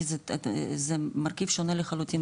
כי זה מרכיב שונה לחלוטין,